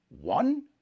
One